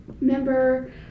member